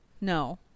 no